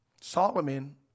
Solomon